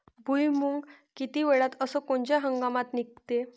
भुईमुंग किती वेळात अस कोनच्या हंगामात निगते?